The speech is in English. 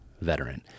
veteran